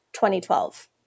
2012